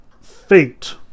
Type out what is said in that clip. Fate